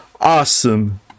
awesome